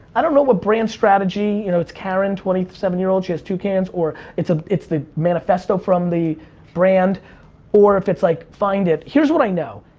i don't know what brand strategy you know it's karen twenty seven year old she has two kids or it's a it's the manifesto from the brand or if it's like find it, here's what i know.